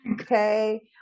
Okay